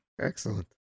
Excellent